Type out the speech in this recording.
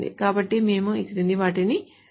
కాబట్టి మేము ఈ క్రింది వాటిని చేద్దాం